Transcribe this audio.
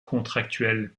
contractuelle